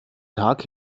tag